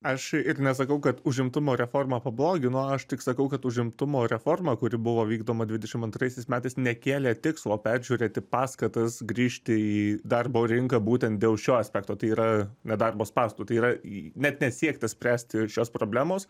aš ir nesakau kad užimtumo reforma pablogino aš tik sakau kad užimtumo reforma kuri buvo vykdoma dvidešim antraisiais metais nekėlė tikslo peržiūrėti paskatas grįžti į darbo rinką būtent dėl šio aspekto tai yra nedarbo spąstų tai yra i net nesiekta spręsti šios problemos